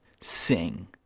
sing